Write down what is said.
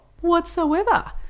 whatsoever